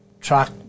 truck